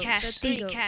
castigo